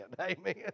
Amen